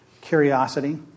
Curiosity